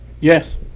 Yes